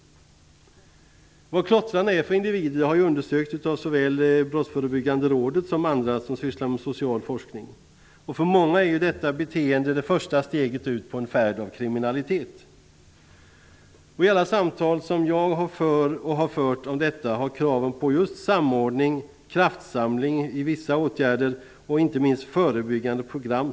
Vad klottrandet innebär för individen har undersökts av såväl Brottsförebyggande rådet som andra som sysslar med social forskning. För många är detta beteende första steget på en färd mot kriminalitet. I alla samtal som jag för, och har fört, om detta har det ställts krav på just samordning, kraftsamling kring vissa åtgärder och, inte minst, förebyggande program.